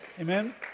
Amen